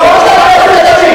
תן לו לגמור.